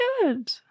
good